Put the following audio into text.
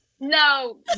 no